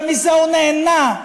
ומזה הוא נהנה,